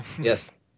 Yes